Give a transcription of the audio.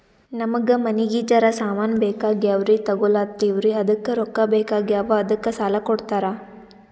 ನಮಗ ಮನಿಗಿ ಜರ ಸಾಮಾನ ಬೇಕಾಗ್ಯಾವ್ರೀ ತೊಗೊಲತ್ತೀವ್ರಿ ಅದಕ್ಕ ರೊಕ್ಕ ಬೆಕಾಗ್ಯಾವ ಅದಕ್ಕ ಸಾಲ ಕೊಡ್ತಾರ?